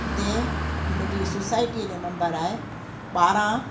हुते मिंजी सोसाइटीअ जो नम्बर आहे ॿारहां